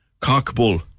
Cockbull